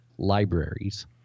libraries